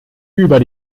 über